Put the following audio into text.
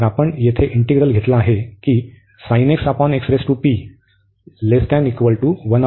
तर आपण येथे इंटिग्रल घेतला आहे की आहे